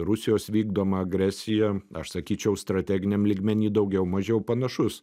rusijos vykdomą agresiją aš sakyčiau strateginiam lygmeny daugiau mažiau panašus